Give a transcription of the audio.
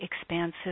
expansive